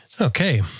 Okay